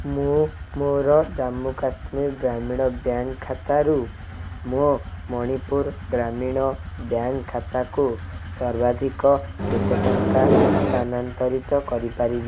ମୁଁ ମୋର ଜାମ୍ମୁ କାଶ୍ମୀର ଗ୍ରାମୀଣ ବ୍ୟାଙ୍କ୍ ଖାତାରୁ ମୋ ମଣିପୁର ଗ୍ରାମୀଣ ବ୍ୟାଙ୍କ୍ ଖାତାକୁ ସର୍ବାଧିକ କେତେ ଟଙ୍କା ସ୍ଥାନାନ୍ତରିତ କରିପାରିବି